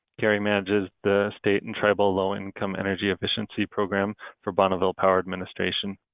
carrie manages the state and tribal low-income energy efficiency program for bonneville power administration.